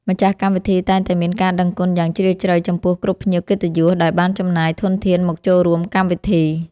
ម្ចាស់កម្មវិធីតែងតែមានការដឹងគុណយ៉ាងជ្រាលជ្រៅចំពោះគ្រប់ភ្ញៀវកិត្តិយសដែលបានចំណាយធនធានមកចូលរួមកម្មវិធី។